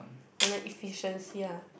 and the efficiency lah